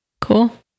cool